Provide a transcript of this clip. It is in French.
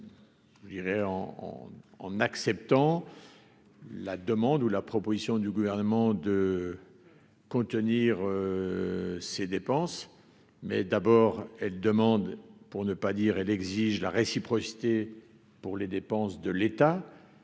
Je dirais, en en en acceptant la demande ou la proposition du gouvernement de contenir ces dépenses mais d'abord, elle demande pour ne pas dire elle exige la réciprocité pour les dépenses de l'État